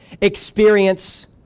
experience